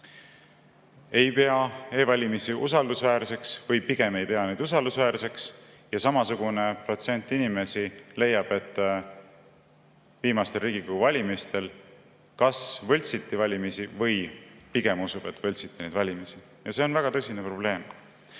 ei pea e-valimisi usaldusväärseks või pigem ei pea neid usaldusväärseks ja sama suur protsent inimesi leiab, et viimastel Riigikogu valimistel kas võltsiti valimisi või pigem usub, et võltsiti neid valimisi. Ja see on väga tõsine probleem.